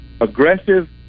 aggressive